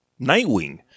Nightwing